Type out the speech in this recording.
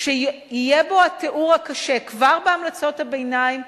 שיהיה בו התיאור הקשה כבר בהמלצות הביניים.